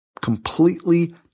completely